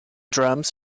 drums